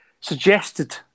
suggested